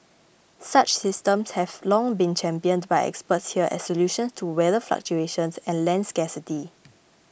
such systems have long been championed by experts here as solutions to weather fluctuations and land scarcity